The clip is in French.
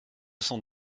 cent